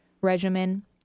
regimen